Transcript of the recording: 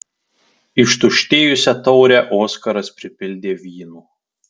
ištuštėjusią taurę oskaras pripildė vynu